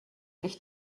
ich